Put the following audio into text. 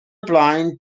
blaen